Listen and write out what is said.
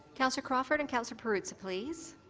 councillor crawford and councillor perruzza, please.